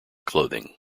clothing